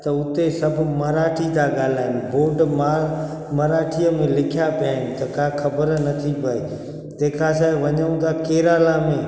त हुते सभु माराठी ता ॻाल्हाइनि बोड मां मराठीअ में लिखया पया आइन त असांये ख़बर नथी पए तंहिंखां असांये वञूं ता केरल में